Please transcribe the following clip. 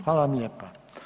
Hvala vam lijepa.